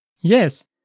Yes